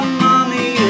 money